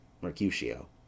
Mercutio